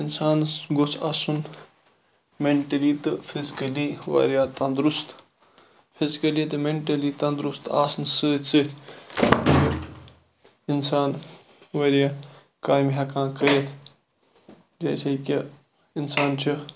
اِنسانَس گوٚژھ آسُن میٚنٹَلی تہٕ فِزکلی واریاہ تَندرُست فِزکلی تہٕ میٚنٹلی تَنٛدرُست آسنہٕ سۭتۍ سۭتۍ اِنسان واریاہ کامہِ ہیٚکان کٔرِتھ جیسے کہِ اِنسان چھُ